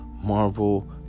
marvel